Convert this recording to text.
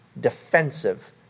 Defensive